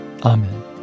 Amen